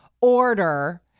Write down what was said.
order